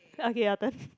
okay your turn